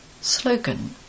Slogan